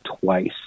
twice